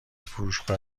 فروشگاه